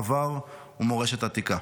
עבר ומורשת עתיקה.